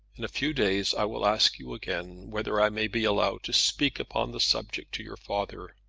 in a few days i will ask you again whether i may be allowed to speak upon the subject to your father.